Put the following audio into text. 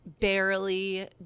Barely